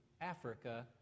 Africa